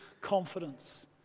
confidence